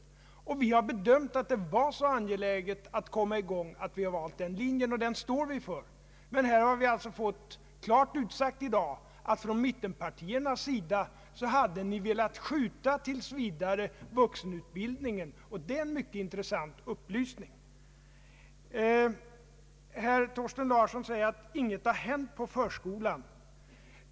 Vi har bedömt det vara så angeläget att komma i gång att vi har valt den linjen, och den står vi för. Men här har vi alltså från mittpartiernas sida i dag fått höra att man vill uppskjuta vuxenutbildningen ännu någon tid, och det är en mycket intressant upplysning. Herr Thorsten Larsson säger att inget har hänt beträffande förskolan.